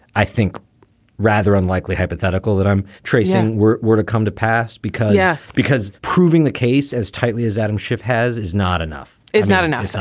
i think rather unlikely hypothetical that i'm tracing where where to come to pass because. yeah, because proving the case as tightly as adam schiff has is not enough is not enough. so